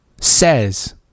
Says